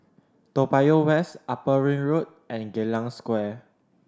Toa Payoh West Upper Ring Road and Geylang Square